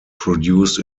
produced